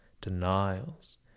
denials